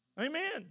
Amen